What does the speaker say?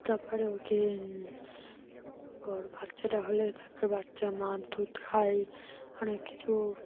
তার পরে ওকে ওর বাচ্চাটা হলে তারপর বাচ্চা মার দুধ খায় অনেক কিছু